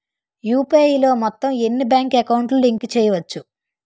UPI లో మొత్తం ఎన్ని బ్యాంక్ అకౌంట్ లు లింక్ చేయచ్చు?